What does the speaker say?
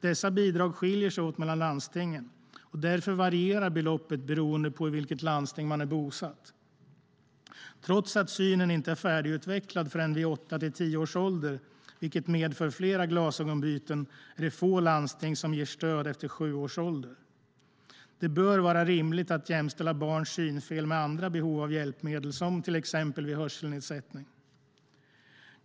Dessa bidrag skiljer sig åt mellan landstingen, och därför varierar beloppet beroende på i vilket landsting man är bosatt. Trots att synen inte är färdigutvecklad förrän vid åtta till tio års ålder, vilket medför flera glasögonbyten, är det få landsting som ger stöd efter sju års ålder. Det bör vara rimligt att jämställa barns synfel med andra behov av hjälpmedel som till exempel vid en hörselnedsättning.